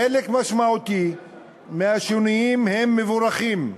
חלק משמעותי מהשינויים הם מבורכים,